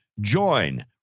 Join